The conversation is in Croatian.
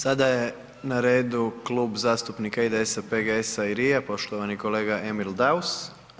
Sada je na redu Klub zastupnika IDS-a, PGS-a i LRI-a poštovani kolega Emil Daus.